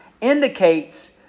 indicates